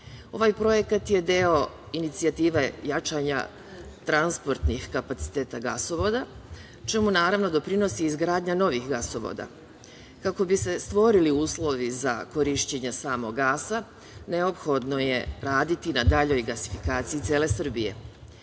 projekat je deo inicijative jačanja transportnih kapaciteta gasovoda čime naravno doprinosi izgradnja novih gasovoda. Kako bi se stvorili uslovi za korišćenje samog gasa, neophodno je raditi na daljoj gasifikaciji cele Srbije.